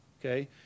Okay